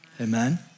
Amen